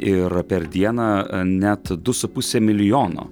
ir per dieną net du su puse milijono